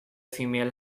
female